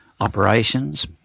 operations